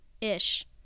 ish